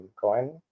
coin